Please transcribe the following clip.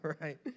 right